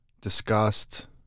disgust